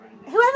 Whoever